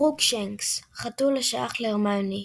קרוקשנקס – חתול השייך להרמיוני.